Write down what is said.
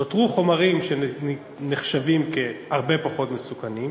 נותרו חומרים שנחשבים הרבה פחות מסוכנים,